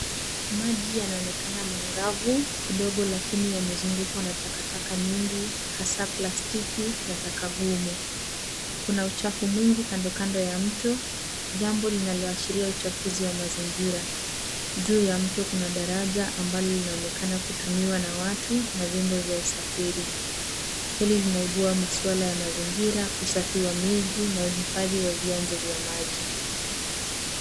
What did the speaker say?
Maji yanaonekana mangavu kidogo lakini yamezungukwa na takataka nyingi hasa plastiki na taka gumu. Kuna uchafu mwingi kando kando ya mto. Jambo linaloashiria uchafuzi wa mazingira. Juu ya mto kuna daraja ambalo linaonekana kutumiwa na watu na vyombo vya usafiri. Hili linaibua maswala ya mazingira, usafi wa miji na uhifadhi wa vyanzo vya maji.